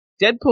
Deadpool